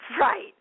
right